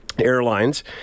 Airlines